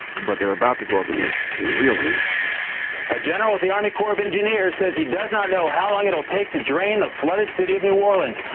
but they were about to go up against the real army a general with the army corps of engineers says he does not know how long it will take to drain the flooded city of new orleans.